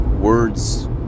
words